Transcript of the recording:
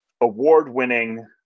award-winning